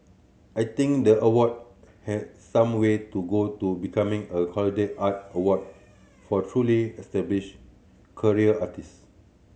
I think the award has some way to go to becoming a credible art award for truly established career artist